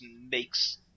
makes